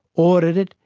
audit it,